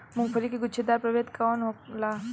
मूँगफली के गुछेदार प्रभेद कौन होला?